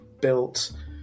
built